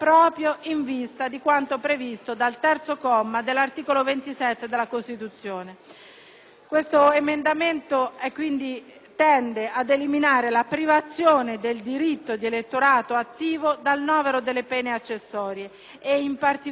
esame, dunque, tende ad eliminare la privazione del diritto di elettorato attivo dal novero delle pene accessorie e, in particolare, dalle limitazioni attualmente riconducibili all'interdizione dai pubblici uffici